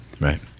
Right